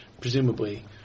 presumably